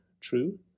true